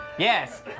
Yes